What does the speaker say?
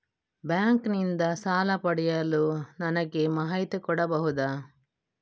Bank ನಿಂದ ಸಾಲ ಪಡೆಯಲು ನನಗೆ ಮಾಹಿತಿ ಕೊಡಬಹುದ?